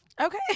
Okay